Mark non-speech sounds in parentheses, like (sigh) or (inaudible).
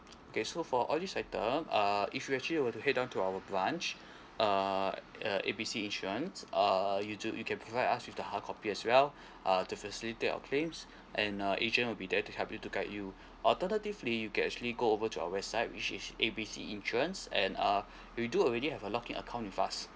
okay so for all these items uh if you actually were to head down to our branch (breath) uh A B C insurance uh you do you can provide us with the hardcopy as well (breath) uh to facilitate our claims (breath) and uh agent will be there to help you to guide you (breath) alternatively you can actually go over to our website which is A B C insurance and uh (breath) you do already have a log in account with us